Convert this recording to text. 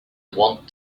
want